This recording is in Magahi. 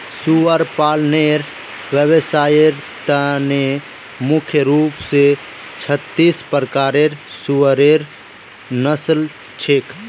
सुअर पालनेर व्यवसायर त न मुख्य रूप स छत्तीस प्रकारेर सुअरेर नस्ल छेक